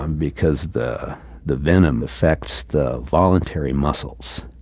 um because the the venom effects the voluntary muscles.